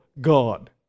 God